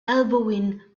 elbowing